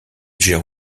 gère